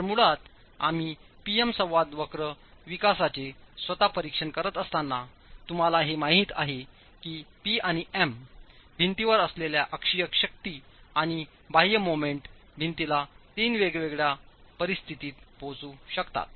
तर मुळात आम्ही P M संवाद वक्र विकासाचे स्वतः परीक्षण करीत असताना तुम्हाला हे माहित आहे की P आणि M भिंतीवर असलेल्या अक्षीय शक्ती आणि बाह्य मोमेंट भिंतीला तीन वेगवेगळ्या परिस्थितीत पोहोचू शकतात